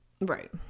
Right